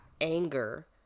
anger –